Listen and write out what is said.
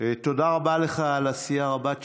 תודה רבה לך על עשייה רבת שנים.